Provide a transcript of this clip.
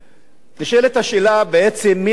נשאלת השאלה בעצם מי אחראי